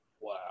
Wow